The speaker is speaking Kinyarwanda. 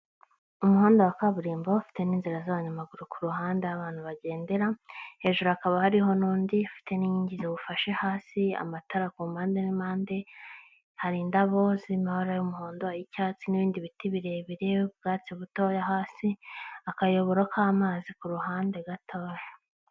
Umuhanda wa kaburimbo ufite n'inzira z'abanyamaguru ku ruhande aho abantu bagendera, hejuru hakaba hariho n'undi ufite n'inkingi ziwufashe hasi, amatara ku mpande n'impande, hari indabo z'amabara y'umuhondo y'icyatsi n'ibindi biti birebire, ubwatsi butoya hasi, akayoboro k'amazi ku ruhande gato.